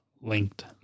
linked